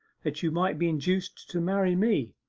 that you might be induced to marry me.